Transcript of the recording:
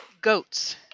goats